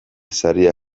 saria